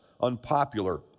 unpopular